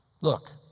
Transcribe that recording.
Look